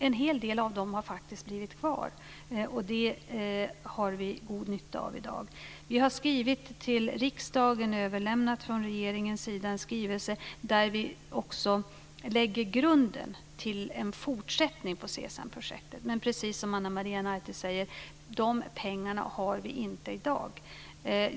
En hel del av dem har faktiskt blivit kvar, och det har vi god nytta av i dag. Vi har skrivit till riksdagen och överlämnat från regeringens sida en skrivelse där vi också lägger grunden till en fortsättning på Sesamprojektet, men precis som Ana Maria Narti säger: De pengarna har vi inte i dag.